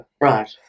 Right